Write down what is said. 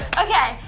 okay,